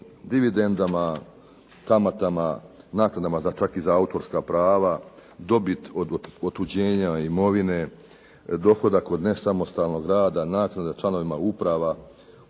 dividendama, kamatama, nakladama čak i za autorska prava, dobit od otuđenja imovine, dohodak od nesamostalnog rada, naknada članovima uprava,